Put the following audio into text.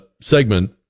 segment